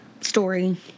story